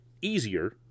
easier